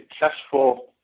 successful